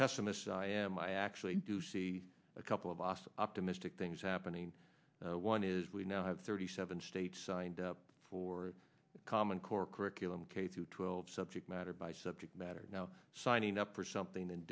pessimist i am i actually do see a couple of awesome optimistic things happening one is we now have thirty seven states signed up for the common core curriculum k through twelve subject matter by subject matter now signing up for something and